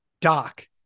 doc